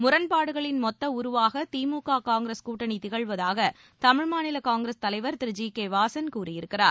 முரண்பாடுகளின் மொத்த உருவாக திமுக காங்கிரஸ் கூட்டணி திகழ்வதாக தமிழ் மாநில காங்கிரஸ் தலைவர் திரு ஜி கே வாசன் கூறியிருக்கிறார்